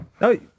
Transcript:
No